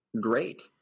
great